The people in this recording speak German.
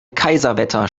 kaiserwetter